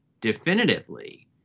definitively